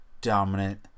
dominant